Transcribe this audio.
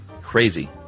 Crazy